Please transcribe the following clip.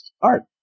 art